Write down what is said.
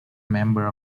member